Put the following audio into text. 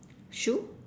shoe